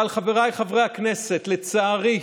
אבל, חבריי חברי הכנסת, לצערי,